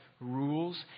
rules